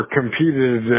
competed